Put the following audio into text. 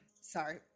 Sorry